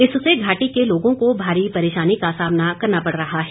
इससे घाटी के लोगों को भारी परेशानी का सामना करना पड़ रहा है